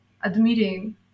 admitting